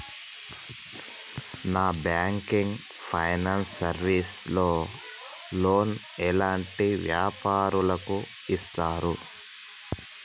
Non banking finance service లో loan ఎలాంటి వ్యాపారులకు ఇస్తరు?